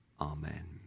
Amen